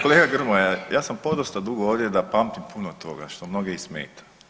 Kolega Grmoja, ja sam podosta dugo ovdje da pamtim puno toga što mnoge i smeta.